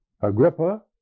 Agrippa